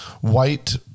white